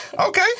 Okay